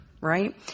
right